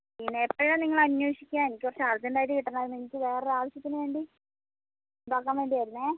പിന്നെ എപ്പോഴാണ് നിങ്ങൾ അന്വേഷിക്കുക എനിക്ക് കുറച്ച് അർജൻ്റായിട്ട് കിട്ടേണ്ടതായിരുന്നു എനിക്ക് വേറൊരു ആവശ്യത്തിനുവേണ്ടി ഇതാക്കാൻ വേണ്ടി ആയിരുന്നു